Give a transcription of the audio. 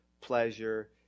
pleasure